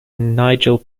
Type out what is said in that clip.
nigel